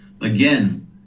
again